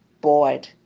bored